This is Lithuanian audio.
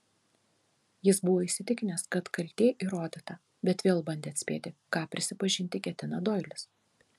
jis buvo įsitikinęs kad kaltė įrodyta bet vėl bandė atspėti ką prisipažinti ketina doilis